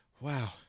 wow